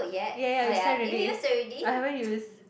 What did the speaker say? ya ya you send already I haven't use